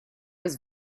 his